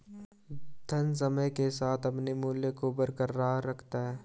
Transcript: धन समय के साथ अपने मूल्य को बरकरार रखता है